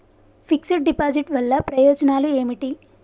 Fix డ్ deposit వల్ల ప్రయోజనాలు ఏమిటి?